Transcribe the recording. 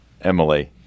Emily